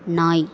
நாய்